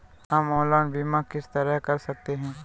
हम ऑनलाइन बीमा किस तरह कर सकते हैं?